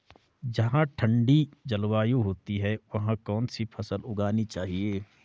जहाँ ठंडी जलवायु होती है वहाँ कौन सी फसल उगानी चाहिये?